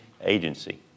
agency